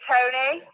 Tony